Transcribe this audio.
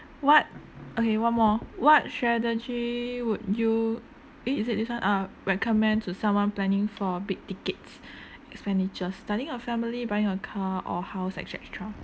what okay one more what strategy would you eh is it this one uh recommend to someone planning for big tickets expenditure starting a family buying a car or house et cetera